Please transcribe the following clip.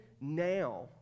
now